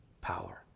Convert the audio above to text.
power